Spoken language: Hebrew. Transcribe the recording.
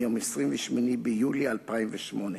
מיום 28 ביולי 2008,